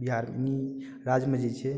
बिहार राज्यमे जे छै